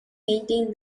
maintained